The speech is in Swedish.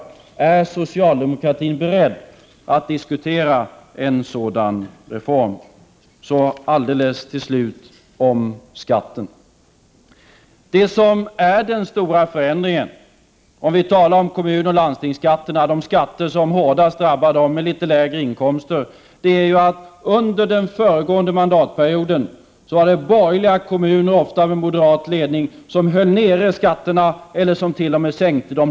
Är socialdemokraterna beredda att diskutera en sådan reform? Till sist vill jag säga något om skatten. Det som är den stora förändringen när det gäller kommunaloch landstingsskatterna, dvs. de skatter som hårdast drabbar dem som har litet lägre inkomster, är att det under den föregående mandatperioden var borgerliga kommuner, ofta med moderat ledning, som höll nere skatterna eller som t.o.m. sänkte dem.